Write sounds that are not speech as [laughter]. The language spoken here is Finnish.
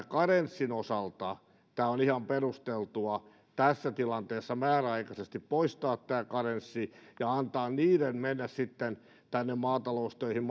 [unintelligible] karenssin osalta on ihan perusteltua tässä tilanteessa määräaikaisesti poistaa tämä karenssi ja antaa heidän mennä sitten maataloustöihin [unintelligible]